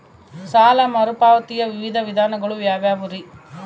ಸಾಲ ಮರುಪಾವತಿಯ ವಿವಿಧ ವಿಧಾನಗಳು ಯಾವ್ಯಾವುರಿ?